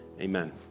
Amen